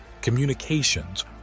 communications